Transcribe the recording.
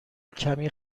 کمی